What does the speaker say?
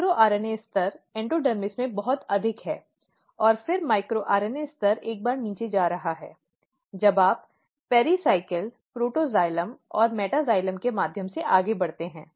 micro RNA स्तर endodermis में बहुत अधिक है और फिर माइक्रो आरएनए स्तर एक बार नीचे जा रहा है जब आप पेराइकल प्रोटोक्साइलम और मेटैक्साइलम के माध्यम से आगे बढ़ते हैं